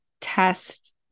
test